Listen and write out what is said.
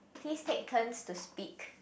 please take turns to speak